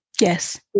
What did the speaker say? Yes